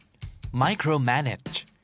Micromanage